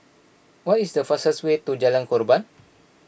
what is the fastest way to Jalan Korban